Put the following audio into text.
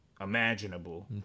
imaginable